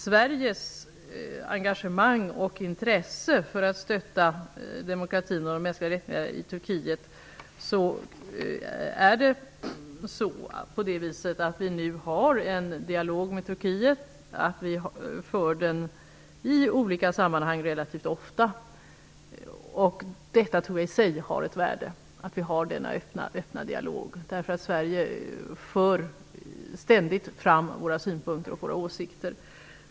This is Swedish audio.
Sveriges engagemang och intresse för att stötta demokratin och de mänskliga rättigheterna i Turkiet tar sig nu uttryck i att vi har en dialog med Turkiet. Vi för den i olika sammanhang relativt ofta, och jag tror att denna öppna dialog i sig har ett värde. Vi för från Sveriges sida ständigt fram våra synpunkter och våra åsikter.